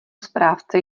správce